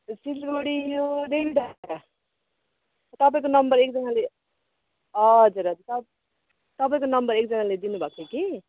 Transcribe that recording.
सिलगढी यो देवीडाङ्गा तपाईँको नम्बर एकजनाले हजुर हजुर तप तपाईँको नम्बर एकजनाले दिनुभएको थियो कि